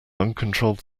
uncontrolled